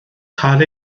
cael